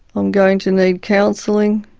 i'm going to need counselling.